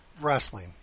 wrestling